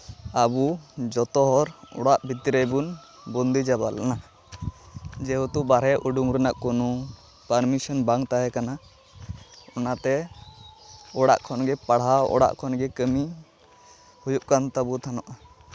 ᱟᱵᱚ ᱡᱚᱛᱚᱦᱚᱲ ᱚᱲᱟᱜ ᱵᱷᱤᱛᱨᱤ ᱵᱚᱱ ᱵᱚᱱᱫᱤ ᱪᱟᱵᱟ ᱞᱮᱱᱟ ᱡᱮᱦᱮᱛᱩ ᱵᱟᱦᱨᱮ ᱩᱰᱩᱠ ᱨᱮᱱᱟᱝ ᱠᱳᱱᱳ ᱯᱟᱨᱢᱤᱥᱮᱱ ᱵᱟᱝ ᱛᱟᱦᱮᱸ ᱠᱟᱱᱟ ᱚᱱᱟᱛᱮ ᱚᱲᱟᱜ ᱠᱷᱚᱱ ᱜᱮ ᱯᱟᱲᱦᱟᱣ ᱚᱲᱟᱜ ᱠᱷᱚᱱ ᱜᱮ ᱠᱟᱹᱢᱤ ᱦᱩᱭᱩᱜ ᱠᱟᱱ ᱛᱟᱵᱳ ᱛᱟᱦᱮᱱᱚᱜ